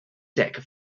deck